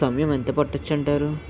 సమయం ఎంత పట్టొచ్చంటారు